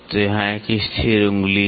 तो यहाँ एक स्थिर उंगली है